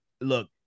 look